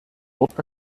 wort